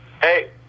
hey